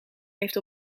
heeft